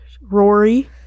Rory